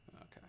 Okay